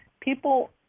people